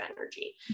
energy